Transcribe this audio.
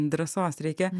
drąsos reikia